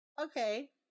Okay